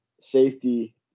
safety